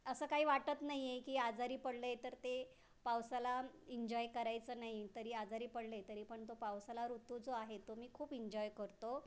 असं काही वाटत नाही आहे की आजारी पडले तर ते पावसाळा इंजॉय करायचं नाही तरी आजारी पडले तरी पण तो पावसाळा ऋतू जो आहे तो मी खूप इंजॉय करतो